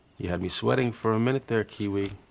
you had me sweating for a minute there, kiwi.